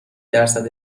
درصد